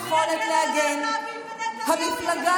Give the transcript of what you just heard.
אני אגן על הלהט"בים ונתניהו יגן על הלהט"בים.